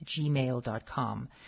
gmail.com